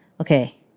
okay